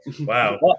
Wow